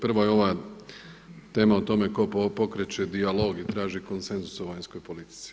Prvo je ova tema o tome tko pokreće dijalog i traži konsenzus o vanjskoj politici.